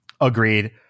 agreed